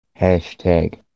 #Hashtag